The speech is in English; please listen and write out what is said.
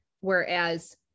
Whereas